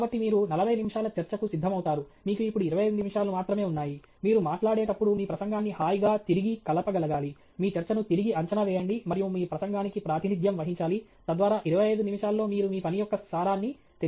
కాబట్టి మీరు 40 నిమిషాల చర్చకు సిద్ధమవుతారు మీకు ఇప్పుడు 25 నిమిషాలు మాత్రమే ఉన్నాయి మీరు మాట్లాడేటప్పుడు మీ ప్రసంగాన్ని హాయిగా తిరిగి కలపగలగాలి మీ చర్చను తిరిగి అంచనా వేయండి మరియు మీ ప్రసంగానికి ప్రాతినిధ్యం వహించాలి తద్వారా 25 నిమిషాల్లో మీరు మీ పని యొక్క సారాన్ని తెలియజేస్తారు